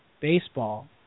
baseball